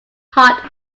heart